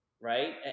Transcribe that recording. right